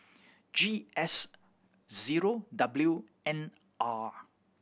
G S zero W N R